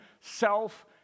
self